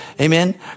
Amen